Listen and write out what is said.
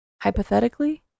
Hypothetically